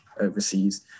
overseas